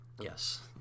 Yes